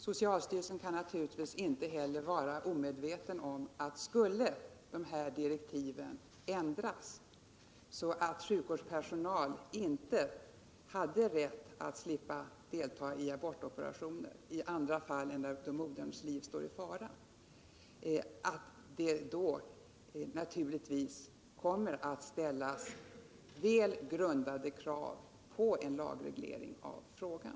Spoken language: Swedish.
Socialsty relsen kan naturligtvis inte heller vara omedveten om att det, ifall direktiven skulle ändras så, att sjukvårdspersonal inte hade rätt att slippa delta i abortoperationer i andra fall än då moderns liv vore i fara, givetvis kommer att ställas väl grundade krav på en lagreglering av frågan.